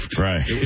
Right